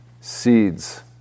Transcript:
seeds